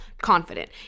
confident